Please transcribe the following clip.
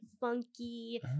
funky